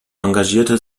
engagierte